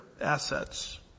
assets